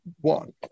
one